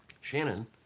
Shannon